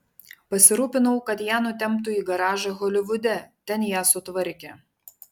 pasirūpinau kad ją nutemptų į garažą holivude ten ją sutvarkė